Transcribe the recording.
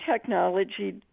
technology